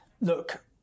look